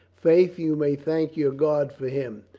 faith, you may thank your god for him.